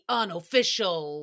unofficial